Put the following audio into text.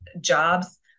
jobs